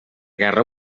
guerra